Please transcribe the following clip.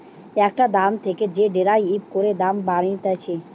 একটা দাম থেকে যে ডেরাইভ করে দাম বানাতিছে